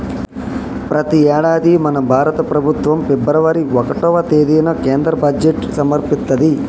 ప్రతి యేడాది మన భారత ప్రభుత్వం ఫిబ్రవరి ఓటవ తేదిన కేంద్ర బడ్జెట్ సమర్పిత్తది